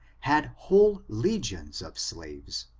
had whole legions of slaves,